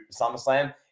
SummerSlam